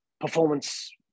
performance